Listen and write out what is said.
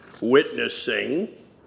witnessing